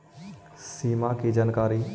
सिमा कि जानकारी?